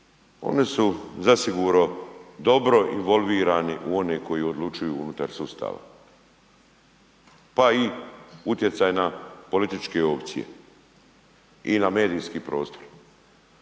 oni su zasigurno dobro involvirani u one koji odlučuju unutar sustava pa i utjecaj na političke opcije i na medijski prostor.